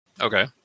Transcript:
Okay